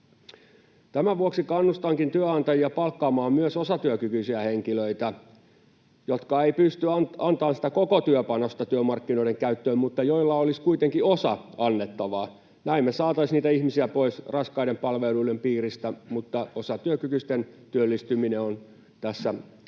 Tämän vuoksi kannustankin työnantajia palkkaamaan myös osatyökykyisiä henkilöitä, jotka eivät pysty antamaan sitä koko työpanosta työmarkkinoiden käyttöön mutta joilla olisi kuitenkin osa annettavana. Näin me saataisiin niitä ihmisiä pois raskaiden palveluiden piiristä. Mutta osatyökykyisten työllistyminen on tässä hetkessä